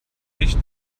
licht